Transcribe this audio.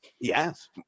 Yes